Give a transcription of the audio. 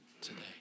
today